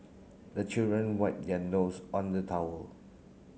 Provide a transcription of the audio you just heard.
the children wipe their nose on the towel